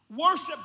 Worship